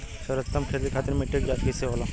सर्वोत्तम खेती खातिर मिट्टी के जाँच कईसे होला?